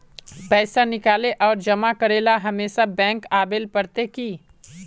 पैसा निकाले आर जमा करेला हमेशा बैंक आबेल पड़ते की?